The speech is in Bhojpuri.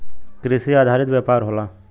कृषि आधारित व्यापार होला